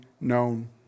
known